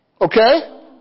Okay